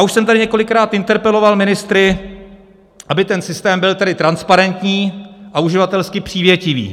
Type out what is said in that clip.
Už jsem tady několikrát interpeloval ministry, aby ten systém byl transparentní a uživatelský přívětivý.